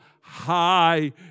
high